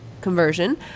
conversion